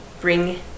bring